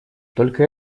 только